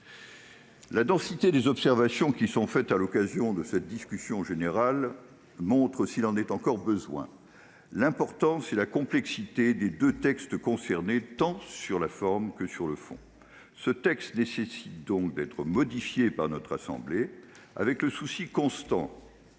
la densité des observations qui sont faites à l'occasion de cette discussion générale montre, s'il en est encore besoin, l'importance et la complexité des deux textes concernés, tant sur la forme que sur le fond. Ce texte doit donc être modifié par notre assemblée, en ayant le souci non